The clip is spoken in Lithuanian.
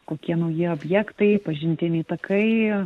kokie nauji objektai pažintiniai takai